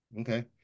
Okay